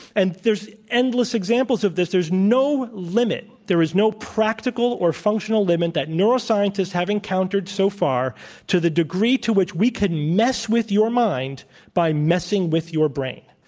and there's endless examples of this. there's no limit there is no practical or functional limit that neuroscientists have encountered so far to the degree which we can mess with your mind by messing with your brain.